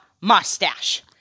mustache